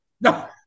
No